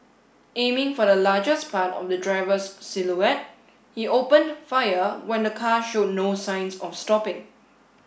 aiming for the largest part of the driver's silhouette he opened fire when the car showed no signs of stopping